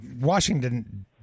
Washington